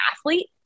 athlete